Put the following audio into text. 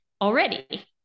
already